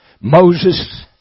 Moses